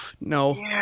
No